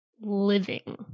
living